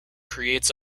creates